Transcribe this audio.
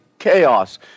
chaos